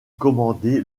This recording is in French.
commandé